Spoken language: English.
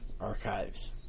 archives